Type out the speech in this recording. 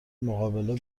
مقابله